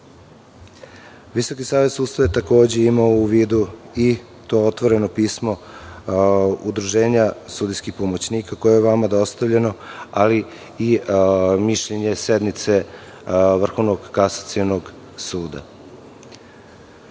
savet sudstva je takođe imao u vidu i to otvoreno pismo Udruženja sudijskih pomoćnika, koje vam je dostavljeno, ali i mišljenje sednice Vrhovnog kasacionog suda.